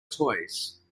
toys